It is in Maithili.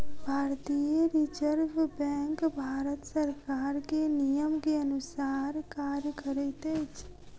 भारतीय रिज़र्व बैंक भारत सरकार के नियम के अनुसार कार्य करैत अछि